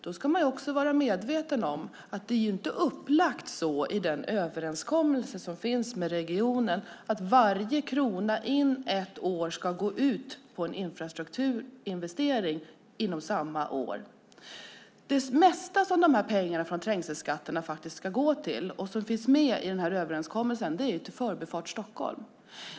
Då ska man också vara medveten om att det inte är upplagt så i den överenskommelse som finns med regionen att varje krona in ett år ska gå ut till en infrastrukturinvestering samma år. Det mesta som dessa pengar från trängselskatterna faktiskt ska gå till och som finns med i denna överenskommelse är till Förbifart Stockholm.